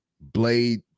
Blade